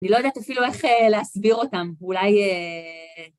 אני לא יודעת אפילו איך אה.. להסביר אותם, אולי אה...